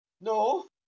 No